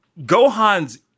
Gohan's